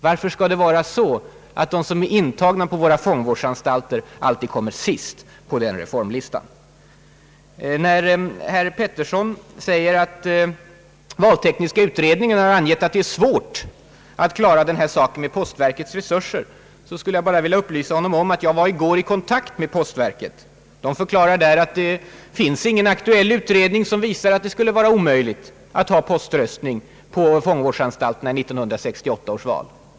Varför skall det vara så att de som är intagna på våra fång vårdsanstalter alltid kommer sist på reformlistan? När herr Pettersson säger att valtekniska utredningen har ansett att det är svårt att klara den här saken med postverkets resurser, skulle jag bara vilja upplysa honom om att jag i går var i kontakt med postverket. Man förklarade där att det inte finns någon aktuell utredning som visar att det skulle vara omöjligt att ha poströstning på fångvårdsanstalterna vid 1968 års val.